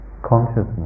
consciousness